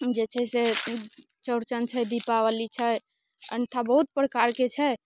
जे छै से चौरचन छै दीपावली छै अन्यथा बहुत प्रकारके छै